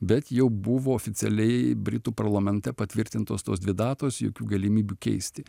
bet jau buvo oficialiai britų parlamente patvirtintos tos dvi datos jokių galimybių keisti